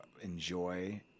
enjoy